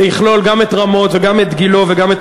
זה יכלול גם את רמות וגם את גילה וגם את